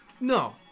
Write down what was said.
No